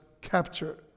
capture